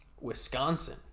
Wisconsin